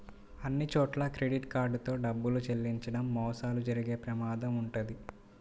అన్నిచోట్లా credit card తో డబ్బులు చెల్లించడం మోసాలు జరిగే ప్రమాదం వుంటది